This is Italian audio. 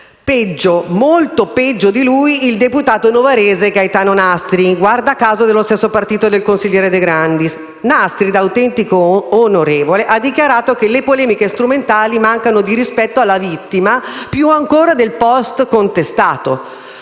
Peggio, molto peggio di lui il deputato novarese Gaetano Nastri, guarda caso dello stesso partito del consigliere De Grandis. Nastri, da autentico onorevole, ha dichiarato che «le polemiche strumentali mancano di rispetto alla vittima più ancora del *post* contestato»: